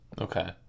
Okay